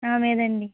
లేదండి